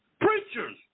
Preachers